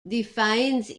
defines